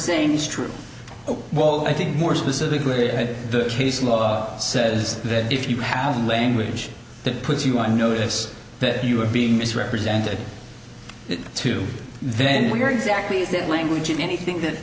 saying is true well i think more specifically did the case law says that if you have language that puts you on notice that you are being misrepresented to then we are exactly that language in anything